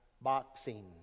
boxing